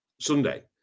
Sunday